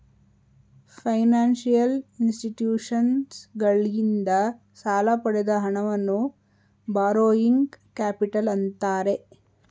financial ಇನ್ಸ್ಟಿಟ್ಯೂಷನ್ಸಗಳಿಂದ ಸಾಲ ಪಡೆದ ಹಣವನ್ನು ಬಾರೋಯಿಂಗ್ ಕ್ಯಾಪಿಟಲ್ ಅಂತ್ತಾರೆ